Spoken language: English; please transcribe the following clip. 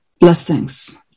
blessings